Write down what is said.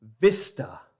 vista